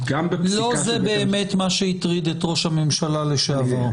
לא זה באמת מה שהטריד את ראש הממשלה לשעבר.